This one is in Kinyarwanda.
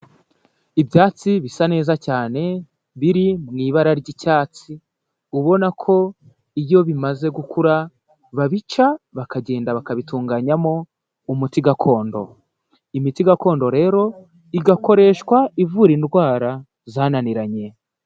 Ibyatsi bisa neza cyane biri mu ibara ry'icyatsi, ubona ko iyo bimaze gukura babica, bakagenda bakabitunganyamo umuti gakondo, imiti gakondo rero igakoreshwa ivura indwara zananiranye.